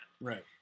Right